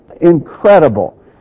incredible